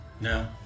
No